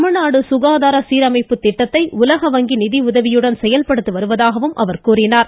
தமிழ்நாடு சுகாதார சீரமைப்பு திட்டத்தை உலகவங்கி நிதிஉதவியுடன் செயல்படுத்தி வருவதாக கூறினார்